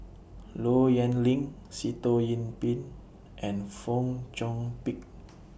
Low Yen Ling Sitoh Yih Pin and Fong Chong Pik